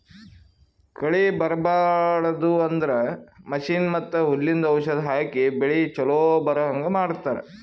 ಕಳಿ ಬರ್ಬಾಡದು ಅಂದ್ರ ಮಷೀನ್ ಮತ್ತ್ ಹುಲ್ಲಿಂದು ಔಷಧ್ ಹಾಕಿ ಬೆಳಿ ಚೊಲೋ ಬರಹಂಗ್ ಮಾಡತ್ತರ್